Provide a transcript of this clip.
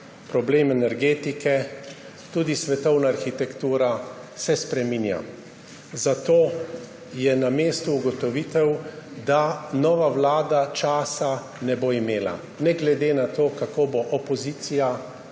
problem energetike, tudi svetovna arhitektura se spreminja. Zato je na mestu ugotovitev, da nova vlada časa ne bo imela, ne glede na to, kako bo opozicija